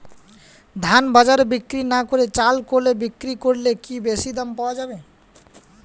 ধান বাজারে বিক্রি না করে চাল কলে বিক্রি করলে কি বেশী দাম পাওয়া যাবে?